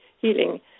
healing